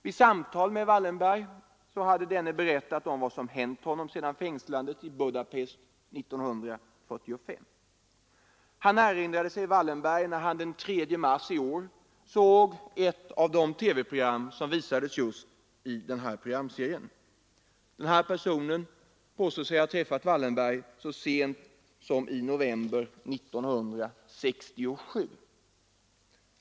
Vid samtal med Wallenberg hade denne berättat om vad som hänt honom sedan fängslandet i Budapest 1945. Personen i fråga erinrade sig Wallenberg när han den 3 mars i år såg ett av de TV-program som visades i serien om Wallenberg. Den här personen påstår sig ha träffat Wallenberg så sent som i november 1967.